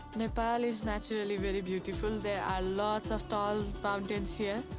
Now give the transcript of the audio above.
nepal is naturally very beautiful. there are lots of tall mountains here,